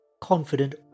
confident